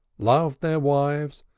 loved their wives,